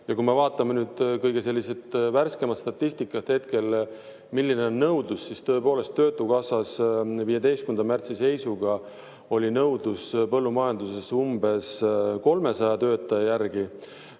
Ja kui me vaatame nüüd kõige värskemat statistikat hetkel, milline on nõudlus, siis tõepoolest, töötukassas 15. märtsi seisuga oli nõudlus põllumajanduses umbes 300 töötaja järgi.